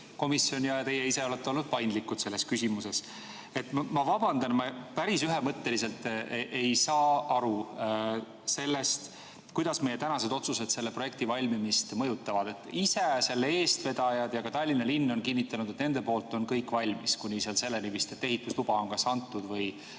komisjon ja teie ise olete olnud paindlikud selles küsimuses. Ma vabandan, ma päris ühemõtteliselt ei saa aru sellest, kuidas meie tänased otsused selle projekti valmimist mõjutavad. Selle eestvedajad ja ka Tallinna linn on kinnitanud, et nende poolt on kõik valmis, kuni selleni, et ehitusluba on kas antud või